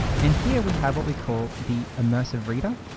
and here, we have what we call the immersive reader,